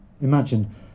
Imagine